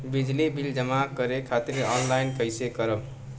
बिजली बिल जमा करे खातिर आनलाइन कइसे करम?